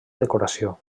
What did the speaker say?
decoració